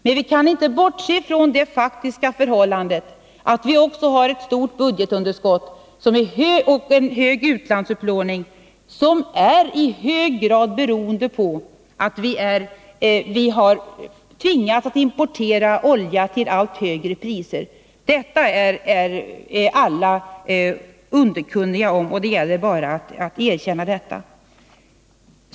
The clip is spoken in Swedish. Men vi kan inte bortse från det faktiska förhållandet att vi också har ett stort budgetunderskott och en hög utlandsupplåning, i stor utsträckning beroende på att vi har tvingats importera olja till allt högre priser. Detta är alla underkunniga om, och det gäller bara att erkänna det.